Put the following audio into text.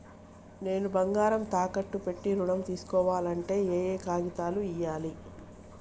నేను బంగారం తాకట్టు పెట్టి ఋణం తీస్కోవాలంటే ఏయే కాగితాలు ఇయ్యాలి?